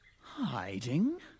Hiding